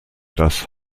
das